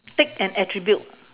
take an attribute